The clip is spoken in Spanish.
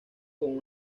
con